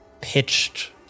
pitched